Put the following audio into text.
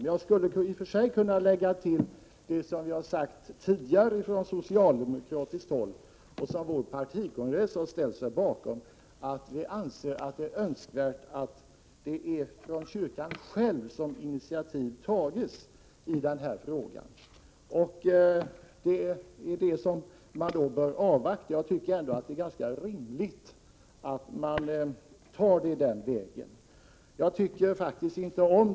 Men jag skulle i och för sig kunna tillägga det som vi har sagt tidigare från socialdemokratiskt håll och som vår partikongress har ställt sig bakom, nämligen att vi anser att det är önskvärt att det är från kyrkan själv som initiativ tas i den här frågan. Det är alltså det som man bör avvakta. Jag tycker ändå att det är ganska rimligt att man går den vägen.